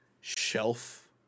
shelf